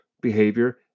behavior